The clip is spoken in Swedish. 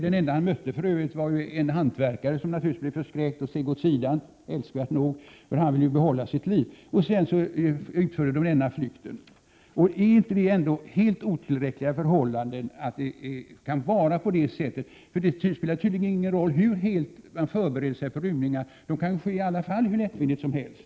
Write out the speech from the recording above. Den enda han mötte var för övrigt en hantverkare, som naturligtvis blev förskräckt och steg åt sidan — älskvärt nog, för hantverkaren ville ju behålla sitt liv. Så genomfördes flykten. Är det inte helt orimligt att det kan vara på detta sätt? Det spelar tydligen ingen roll hur personalen förbereder sig mot rymningar. De kan ju ändå ske 63 hur lättvindigt som helst.